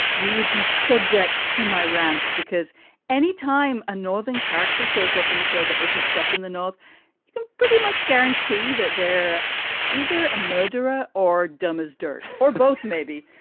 you would be subject to my rants, because any time a northern character shows up in a show that isn't set in the north could pretty much guarantee that they're either a murderer or dumb as dirt or both, maybe.